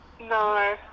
No